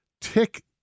tick